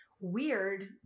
Weird